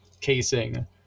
casing